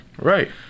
Right